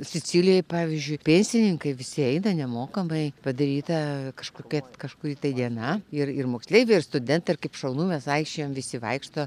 sicilijoj pavyzdžiui pensininkai visi eina nemokamai padaryta kažkokia kažkuri tai diena ir ir moksleiviai ir studenta ir kaip šaunu mes vaikščiojam visi vaikšto